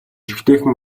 жижигхэн